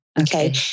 Okay